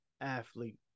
athlete